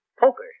Poker